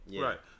Right